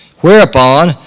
Whereupon